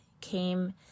came